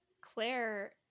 Claire